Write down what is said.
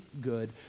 good